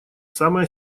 самое